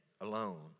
alone